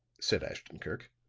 said ashton-kirk.